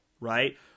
right